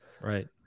right